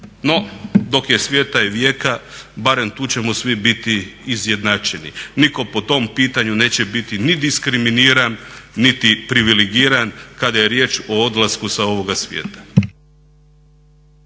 No, dok je svijeta i vijeka barem tu ćemo svi biti izjednačeni, niko po tom pitanju neće biti ni diskriminiran niti privilegiran kada je riječ o odlasku sa ovoga svijeta.